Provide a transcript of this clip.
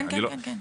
כן כן כן.